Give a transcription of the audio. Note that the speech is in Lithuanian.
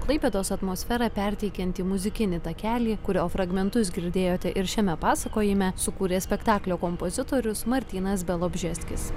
klaipėdos atmosferą perteikianti muzikinį takelį kurio fragmentus girdėjote ir šiame pasakojime sukūrė spektaklio kompozitorius martynas bialobžeskis